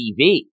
TV